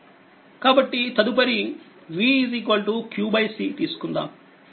కాబట్టి తదుపరిv q c తీసుకుందాం